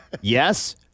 Yes